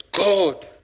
God